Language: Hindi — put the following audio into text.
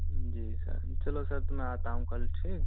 जी सर चलो सर तो मैं आता हूँ कल ठीक